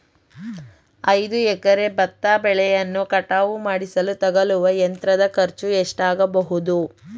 ಐದು ಎಕರೆ ಭತ್ತ ಬೆಳೆಯನ್ನು ಕಟಾವು ಮಾಡಿಸಲು ತಗಲುವ ಯಂತ್ರದ ಖರ್ಚು ಎಷ್ಟಾಗಬಹುದು?